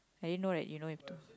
I didn't know that you know have to